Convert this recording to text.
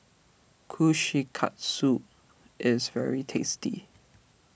Kushikatsu is very tasty